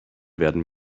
werden